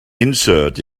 insert